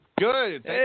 Good